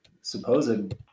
supposed